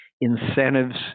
incentives